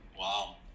wow